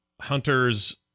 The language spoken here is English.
Hunter's